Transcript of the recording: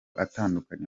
atandukanye